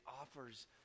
offers